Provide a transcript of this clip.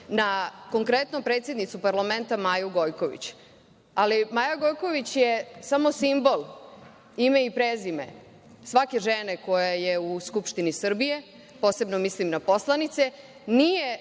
na konkretno predsednicu parlamenta Maju Gojković. Ali, Maja Gojković je samo simbol, ime i prezime svake žene koja je u Skupštini Srbije, posebno mislim na poslanice. Nije